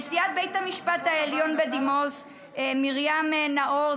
נשיאת בית המשפט העליון בדימוס מרים נאור,